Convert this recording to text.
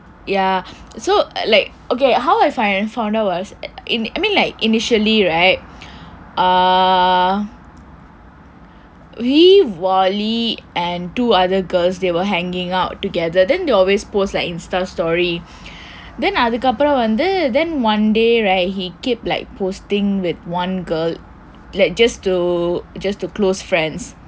ya so like ok how I found out was you know like initially right ah me wally and two other girls they were hanging out together then they always post like insta story then அதுக்கு அப்புறம் வந்து:athukku appuram vandthu then one day right he keep like posting with one girl like just to just to close friends